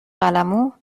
قلممو